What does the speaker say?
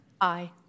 Aye